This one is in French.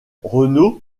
renaud